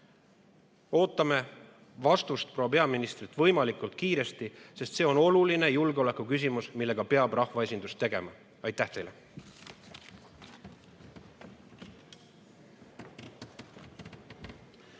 Ootame vastust proua peaministrilt võimalikult kiiresti, sest see on oluline julgeolekuküsimus, millega rahvaesindus peab tegelema. Aitäh teile!